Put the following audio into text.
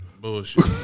Bullshit